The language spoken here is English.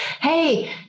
hey